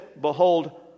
behold